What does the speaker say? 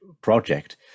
project